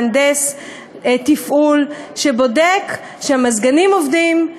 מהנדס תפעול שבודק שהמזגנים עובדים,